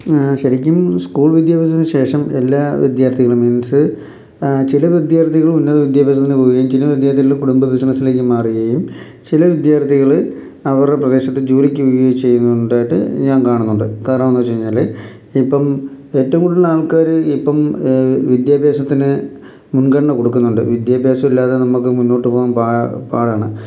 ശരിക്കും സ്കൂൾ വിദ്യാഭ്യാസത്തിന് ശേഷം എല്ലാ വിദ്യാർത്ഥികളും മീൻസ് ചില വിദ്യാർത്ഥികളും ഉന്നത വിദ്യാഭ്യാസത്തിന് പോവുകയും ചില വിദ്യാർത്ഥികൽ കുടുംബ ബിസിനസ്സിലേക്ക് മാറുകയും ചില വിദ്യാർത്ഥികൾ അവരുടെ പ്രദേശത്ത് ജോലിക്ക് പോവുകയും ചെയ്യുന്നുണ്ടായിട്ട് ഞാൻ കാണുന്നുണ്ട് കാരണം എന്ന് വച്ചു കഴിഞ്ഞാൽ ഇപ്പം ഏറ്റവും കൂടുതൽ ആൾക്കാർ ഇപ്പം വിദ്യാഭ്യാസത്തിന് മുൻഗണന കൊടുക്കുന്നുണ്ട് വിദ്യാഭ്യാസം ഇല്ലാതെ നമുക്ക് മുന്നോട്ട് പോകാൻ പാടാണ്